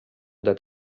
that